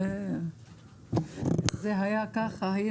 עד עכשיו אני לא מצאתי אף אזרח שמרוצה מעובדת קיום התאגיד.